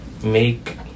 make